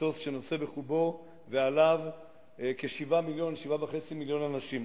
שנושא בחובו, ועליו כ-7.5 מיליון אנשים.